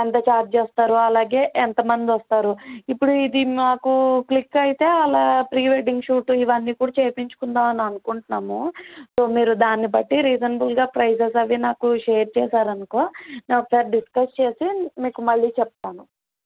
ఎంత ఛార్జ్ చేస్తారు అలాగే ఎంత మంది వస్తారు ఇప్పుడు ఇది మాకు క్లిక్ అయితే అలా ప్రీ వెడ్డింగ్ షూట్ ఇవన్నీ కూడా చేయించుకుందామని అనుకుంటున్నాము సో మీరు దాన్నిబట్టి రీజనబుల్గా ప్రైసెస్ అవి నాకు షేర్ చేసారు అనుకో నేను ఒకసారి డిస్కస్ చేసి మీకు మళ్ళీ చెప్తాను